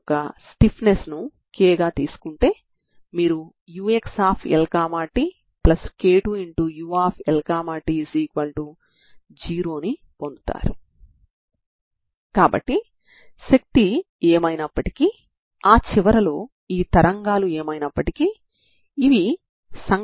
మీరు దీనిని తీసుకొని 0 కి సమానం చేస్తే బయటనుండి శక్తి లేదు కాబట్టి బాహ్యశక్తి 0 అవుతుంది